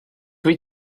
wyt